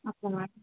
okay madam